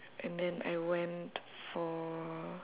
and then I went for